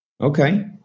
Okay